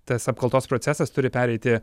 tas apkaltos procesas turi pereiti